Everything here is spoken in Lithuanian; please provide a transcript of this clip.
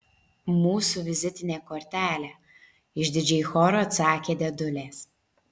mūsų vizitinė kortelė išdidžiai choru atsakė dėdulės